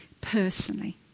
personally